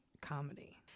comedy